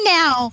now